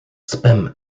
spam